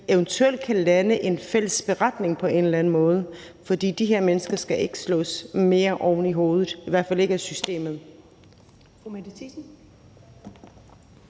eventuelt kan lande en fælles beretning på en eller anden måde, for de her mennesker skal ikke slåes mere oven i hovedet, i hvert fald ikke af systemet.